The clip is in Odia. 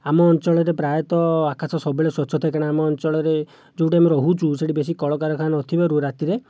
ଆମ ଅଞ୍ଚଳରେ ପ୍ରାୟତଃ ଆକାଶ ସବୁବେଳେ ସ୍ଵଚ୍ଛତା କାହିଁକିନା ଆମ ଅଞ୍ଚଳରେ ଯେଉଁଠାରେ ଆମେ ରହୁଛୁ ସେଇଠି ବେଶୀ କଳକାରଖାନା ନଥିବାରୁ ରାତିରେ